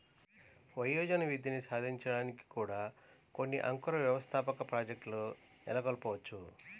వయోజన విద్యని సాధించడానికి కూడా కొన్ని అంకుర వ్యవస్థాపక ప్రాజెక్ట్లు నెలకొల్పవచ్చు